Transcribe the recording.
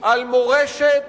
על מורשת